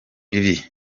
ibi